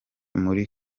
muri